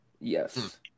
yes